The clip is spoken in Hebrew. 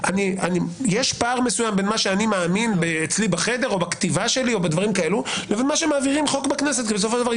אם הוא יחשוב שהיא כן נמצאת בתוך כבוד האדם באופן ברור אז הוא כן